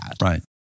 Right